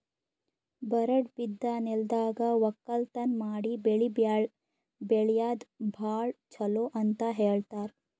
ಬರಡ್ ಬಿದ್ದ ನೆಲ್ದಾಗ ವಕ್ಕಲತನ್ ಮಾಡಿ ಬೆಳಿ ಬೆಳ್ಯಾದು ಭಾಳ್ ಚೊಲೋ ಅಂತ ಹೇಳ್ತಾರ್